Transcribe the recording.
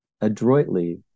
adroitly